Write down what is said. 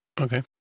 Okay